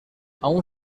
aún